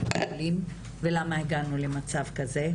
ולמה הגענו למצב כזה.